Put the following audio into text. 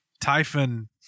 typhon